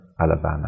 Alabama